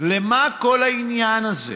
למה כל העניין הזה?